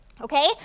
Okay